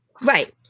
right